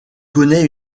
connaît